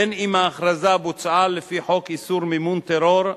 בין אם ההכרזה בוצעה לפי חוק איסור מימון טרור,